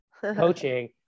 coaching